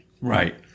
Right